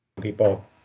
people